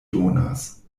donas